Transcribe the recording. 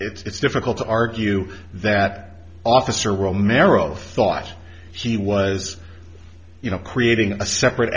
it's difficult to argue that officer romero thought he was you know creating a separate